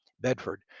Bedford